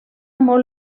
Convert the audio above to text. molt